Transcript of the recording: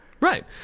Right